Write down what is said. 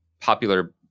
popular